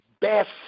best